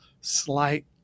slight